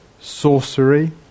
sorcery